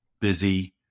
Busy